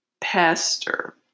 pastor